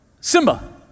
Simba